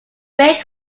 bake